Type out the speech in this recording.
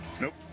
Nope